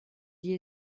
dit